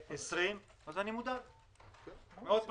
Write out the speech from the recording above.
כמו בתקציב 2020 אז אני מודאג, מאוד פשוט.